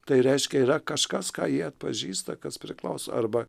tai reiškia yra kažkas ką jie atpažįsta kas priklauso arba